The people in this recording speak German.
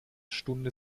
stunde